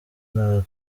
n’abantu